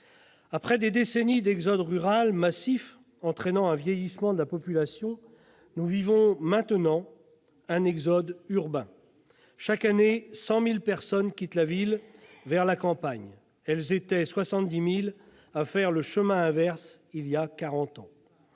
Après des décennies d'exode rural massif qui ont entraîné un vieillissement de la population, nous vivons maintenant un exode urbain. Chaque année, 100 000 personnes quittent la ville pour la campagne ; elles étaient 70 000 à faire le chemin inverse voilà 40 ans.